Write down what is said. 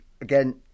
again